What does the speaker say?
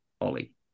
Ollie